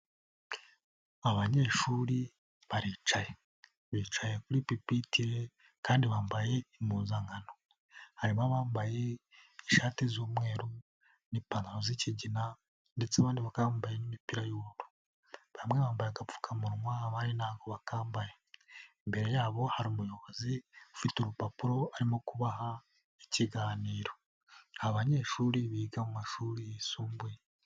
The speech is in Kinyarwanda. Abanyeshuri baricaye. Bicaye kuri pipitere, kandi bambaye impuzankano. Harimo bambaye ishati z'umweru n'ipantaro z'ikigina, ndetse abandi bakaba bambaye n'imipira y'ubururu. Bamwe bambaye agapfukamunwa abandi ntabwo bakambaye. Imbere yabo hari umuyobozi ufite urupapuro arimo kubaha ikiganiro. Aba banyeshuri biga mu mumashuri yisumbuye.